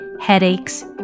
headaches